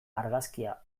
argazkia